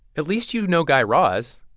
at least you know guy raz.